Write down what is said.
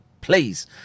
Please